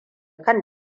kan